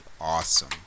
awesome